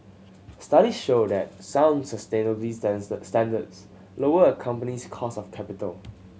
studies show that sound sustainability standards lower a company's cost of capital